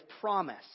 promise